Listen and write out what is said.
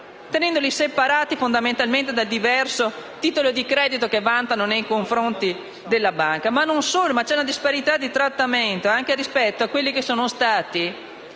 separati in base al diverso titolo di credito che vantano nei confronti della banca. Non solo: c'è una disparità di trattamento anche rispetto a coloro che sono stati